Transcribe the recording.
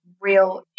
real